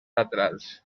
laterals